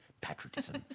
patriotism